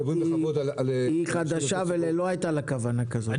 המנכ"לית היא חדשה ולא היתה לה כוונה כזאת,